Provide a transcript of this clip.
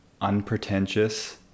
unpretentious